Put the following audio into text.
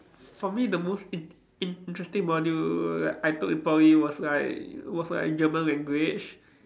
for me the most in~ interesting module like I took in Poly was like was like German language